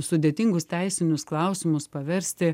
sudėtingus teisinius klausimus paversti